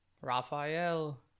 Raphael